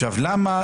מחזור.